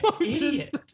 Idiot